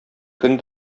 көн